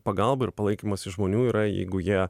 pagalba ir palaikymas iš žmonių yra jeigu jie